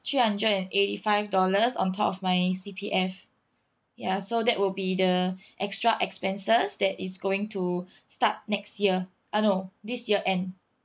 three hundred and eighty five dollars on top of my C_P_F ya so that would be the extra expenses that is going to start next year uh no this year end